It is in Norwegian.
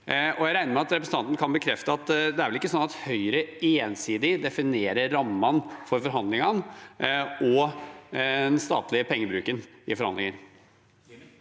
jeg regner med at representanten kan bekrefte at det ikke er sånn at Høyre i forhandlinger ensidig definerer rammene for forhandlingene og den statlige pengebruken. Hans Andreas